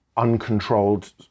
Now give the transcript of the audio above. uncontrolled